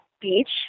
beach